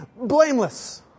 Blameless